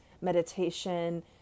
meditation